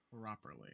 properly